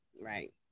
Right